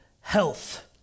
health